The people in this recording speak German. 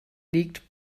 liegt